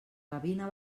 gavina